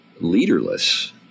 leaderless